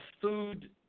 food